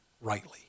rightly